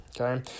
Okay